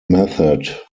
method